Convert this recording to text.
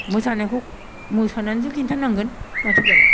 मोसानायखौ मोसानायासो खिन्थानांगोन माथोबालाय